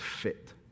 fit